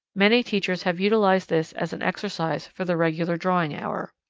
many teachers have utilized this as an exercise for the regular drawing hour.